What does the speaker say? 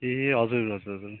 ए हजुर हजुर हजुर